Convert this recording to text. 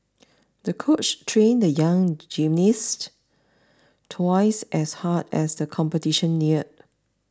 the coach trained the young gymnast twice as hard as the competition neared